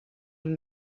amb